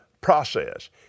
process